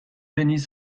dennis